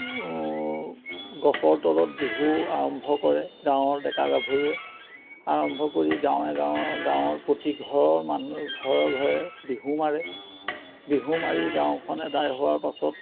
গছৰ তলত বিহু আৰম্ভ কৰে গাঁৱৰ ডেকা গাভৰুৱে আৰম্ভ কৰি গাঁৱে গাঁৱে গাঁৱৰ প্ৰতি ঘৰৰ মানুহ ঘৰে ঘৰে বিহু মাৰে বিহু মাৰি গাঁওখন আদায় হোৱাৰ পাছত